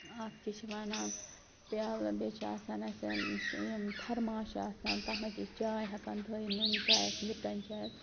اَتھ کیٛاہ چھِ وَنان پیٛالہٕ بیٚیہِ چھِ آسان اَسہِ یِم یِم تھرماس چھِ آسان تتھ منٛز چھِ أسۍ چاے ہٮ۪کان تھٲوِتھ نُن چاے اَسہِ لِپٹَن چاے آسہِ